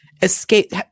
escape